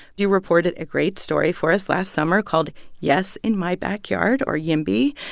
you reported a great story for us last summer called yes in my backyard or yimby.